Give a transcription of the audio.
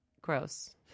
gross